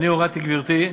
אני הורדתי, גברתי,